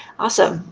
awesome.